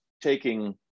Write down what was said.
taking